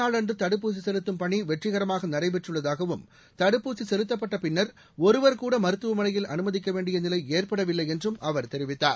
நாளன்று தடுப்பூசி செலுத்தும் பணி வெற்றிகரமாக நடைபெற்றுள்ளதாகவும் தடுப்பூசி முதல் செலுத்தப்பட்ட பின்னர் ஒருவர் கூட மருத்துவமனையில் அனுமதிக்க வேண்டிய நிலை ஏற்படவில்லை என்றும் அவர் தெரிவித்தார்